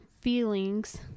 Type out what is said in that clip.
feelings